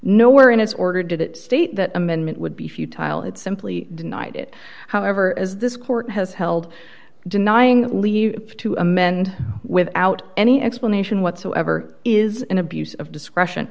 nowhere in its order did it state that amendment would be futile it's simply denied it however as this court has held denying that leave to amend without any explanation whatsoever is an abuse of discretion